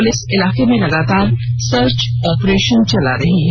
police इलाके में लगातार सर्च ऑपरेषन चला रही है